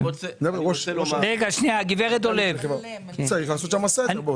צריך לעשות שם סדר.